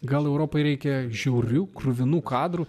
gal europai reikia žiaurių kruvinų kadrų